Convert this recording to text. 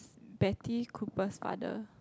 Betty-Cooper's father